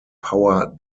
power